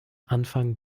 anfang